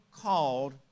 called